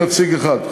נציג אחד,